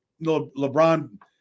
LeBron